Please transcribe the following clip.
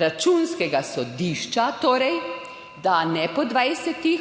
Računskega sodišča, torej, da ne po 20,